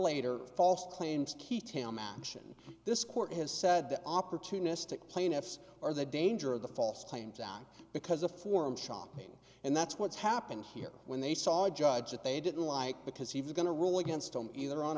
later false claims key town mansion this court has said the opportunistic plaintiffs are the danger of the false claims down because a forum shopping and that's what's happened here when they saw a judge that they didn't like because he was going to rule against them either on